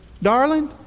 Darling